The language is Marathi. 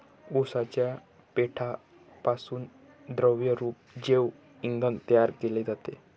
उसाच्या पेंढ्यापासून द्रवरूप जैव इंधन तयार केले जाते